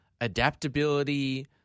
adaptability